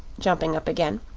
jumping up again,